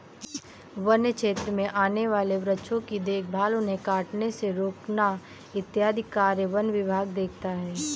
वन्य क्षेत्र में आने वाले वृक्षों की देखभाल उन्हें कटने से रोकना इत्यादि कार्य वन विभाग देखता है